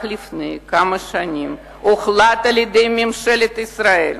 רק לפני כמה שנים הוחלט בממשלת ישראל